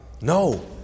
No